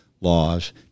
laws